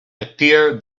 appear